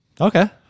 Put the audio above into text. Okay